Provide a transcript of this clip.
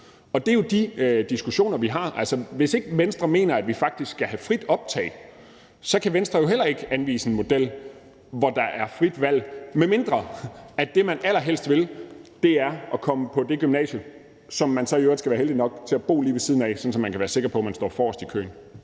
Det er de diskussioner, vi har. Hvis ikke Venstre mener, at vi faktisk skal have frit optag, så kan Venstre jo heller ikke anvise en model, hvor der er frit valg; medmindre det, man allerhelst vil, er at komme på det gymnasium, som man så i øvrigt skal være heldig nok til at bo lige ved siden af, sådan at man kan være sikker på, at man står forrest i køen.